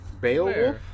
Beowulf